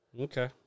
Okay